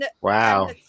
Wow